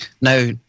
Now